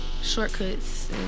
Shortcuts